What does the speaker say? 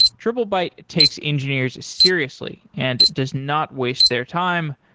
triplebyte takes engineers seriously and does not waste their time,